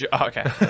okay